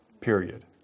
period